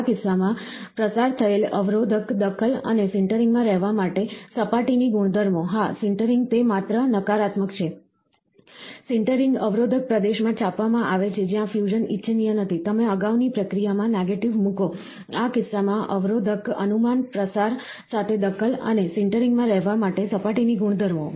આ કિસ્સામાં પ્રસાર સાથે અવરોધક દખલ અને સિન્ટરિંગમાં રહેવા માટે સપાટીની ગુણધર્મો હા સિન્ટરિંગ તે માત્ર નકારાત્મક છે સિન્ટરિંગ અવરોધક પ્રદેશમાં છાપવામાં આવે છે જ્યાં ફ્યુઝન ઇચ્છનીય નથી તમે અગાઉની પ્રક્રિયામાં નેગેટિવ મૂકો આ કિસ્સામાં અવરોધક અનુમાન પ્રસાર સાથે દખલ અને સિન્ટરિંગમાં રહેવા માટે સપાટીની ગુણધર્મો